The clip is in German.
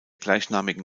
gleichnamigen